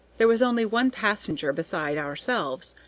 there was only one passenger beside ourselves.